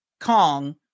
Kong